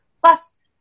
Plus